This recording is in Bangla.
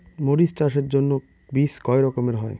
মরিচ চাষের জন্য বীজ কয় রকমের হয়?